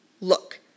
look